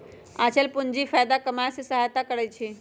आंचल पूंजी फयदा कमाय में सहयता करइ छै